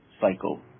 cycle